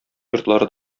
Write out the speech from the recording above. йортлары